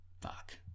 fuck